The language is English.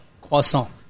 croissant